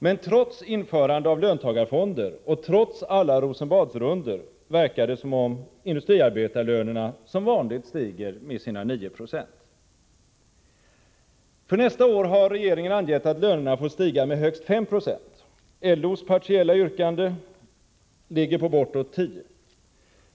Men trots införande av löntagarfonder och trots alla Rosenbadsrundor verkar det som om industriarbetarlönerna som vanligt stiger med sina 9 90. För nästa år har regeringen angett att lönerna får stiga med högst 5 96. LO:s partiella yrkande ligger på bortåt 10 96.